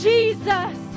Jesus